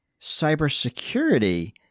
cybersecurity